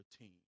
team